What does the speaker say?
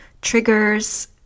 Triggers